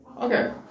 Okay